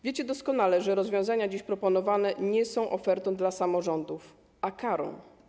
Wiecie doskonale, że rozwiązania dziś proponowane nie są ofertą dla samorządów, a karą.